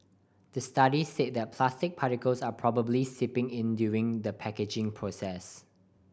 the study say the plastic particles are probably seeping in during the packaging process